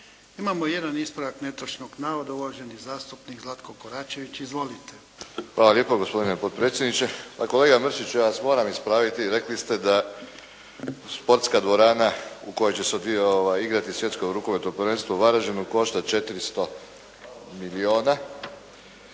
Imamo jedan ispravak netočnog navoda, uvaženi zastupnik Zlatko Koračević. Izvolite. **Koračević, Zlatko (HNS)** Hvala lijepo gospodine potpredsjedniče. Pa kolega Mršiću, ja vas moram ispraviti. Rekli ste da sportska dvorana u kojoj će se igrati Svjetsko rukometno prvenstvo u Varažddinu košta 400 milijuna.